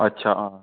अच्छा हां